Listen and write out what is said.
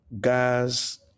gas